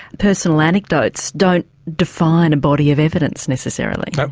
personal anecdotes don't define a body of evidence necessarily. nope,